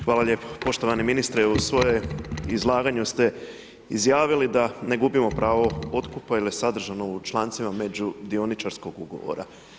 Hvala lijepo, poštovani ministre u svojem izlaganju ste izjavili da ne gubimo pravo otkupa jer je sadržano u člancima međudioničarskog ugovora.